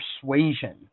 persuasion